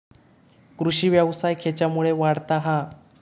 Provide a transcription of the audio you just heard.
कृषीव्यवसाय खेच्यामुळे वाढता हा?